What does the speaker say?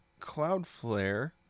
Cloudflare